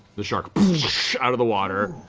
the shark out of the water,